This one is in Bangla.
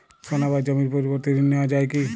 সোনা বা জমির পরিবর্তে ঋণ নেওয়া যায় কী?